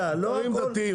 לא הכול ברים בתל אביב.